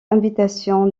invitation